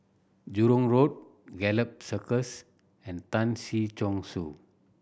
Jurong Road Gallop Circus and Tan Si Chong Su